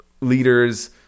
leaders